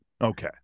Okay